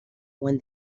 when